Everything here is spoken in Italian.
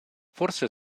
forse